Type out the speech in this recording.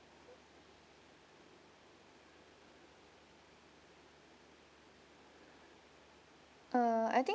uh I think